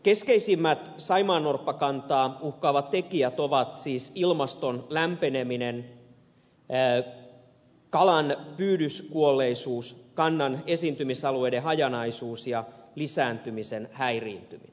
keskeisimmät saimaannorppakantaa uhkaavat tekijät ovat siis ilmaston lämpeneminen kalanpyydyskuolleisuus kannan esiintymisalueiden hajanaisuus ja lisääntymisen häiriintyminen